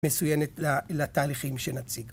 מצויינת לתהליכים שנציג